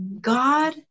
God